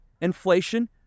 inflation